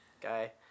guy